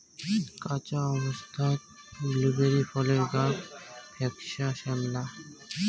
কাঁচা অবস্থাত ব্লুবেরি ফলের গাব ফ্যাকসা শ্যামলা